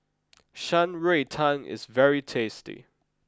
Shan Rui Tang is very tasty